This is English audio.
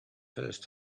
first